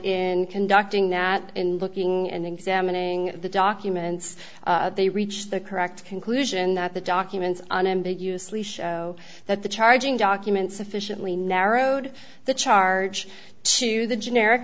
in conducting that in looking and examining the documents they reached the correct conclusion that the documents on ambiguously show that the charging documents sufficiently narrowed the charge to the generic